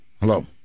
Hello